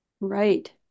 Right